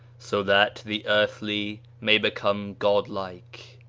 so that the earthly may become god-like,